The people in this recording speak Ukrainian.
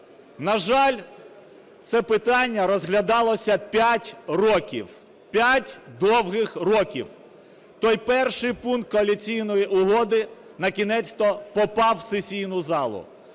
На жаль, це питання розглядалося 5 років, 5 довгих років. Той перший пункт коаліційної угоди, накінець-то, попав в сесійну залу.